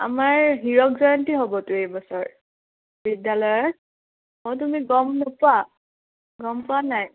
আমাৰ হীৰক জয়ন্তী হ'বতো এইবছৰ বিদ্যালয়ৰ অঁ তুমি গম নোপোৱা গম পোৱা নাই